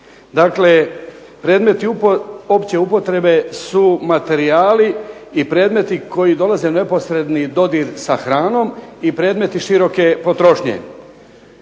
Dakle, predmeti opće upotrebe su materijali i predmeti koji dolaze u neposredni dodir sa hranom i predmeti široke potrošnje.